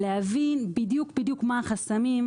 להבין בדיוק-בדיוק מה החסמים,